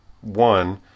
one